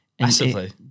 massively